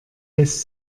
lässt